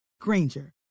Granger